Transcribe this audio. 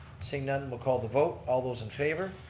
seeing none, and we'll call the vote. all those in favor.